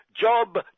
Job